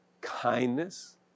kindness